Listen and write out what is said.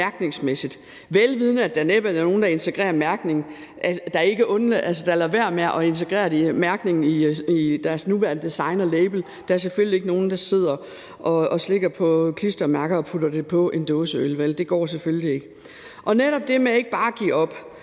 mærkningsmæssigt, vel vidende at der næppe er nogen, der lader være med at integrere mærkningen i deres nuværende design og label. Der er selvfølgelig ikke nogen, der sidder og slikker på klistermærker og putter det på en dåseøl, vel? Det går selvfølgelig ikke, og netop det med ikke bare at give op